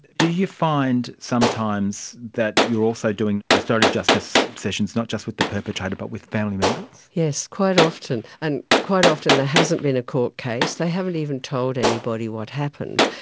do you find sometimes that you're also doing restorative justice sessions not just with the perpetrator but with family members? yes. quite often. and quite often there hasn't been a court case. they haven't even told anybody what happened.